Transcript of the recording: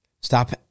Stop